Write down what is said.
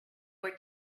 were